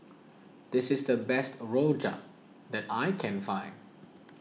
this is the best Rojak that I can find